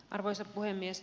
arvoisa puhemies